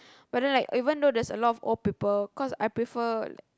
but then like even tough there is a lot of old people cause I prefer like